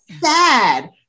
sad